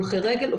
הולכי רגל,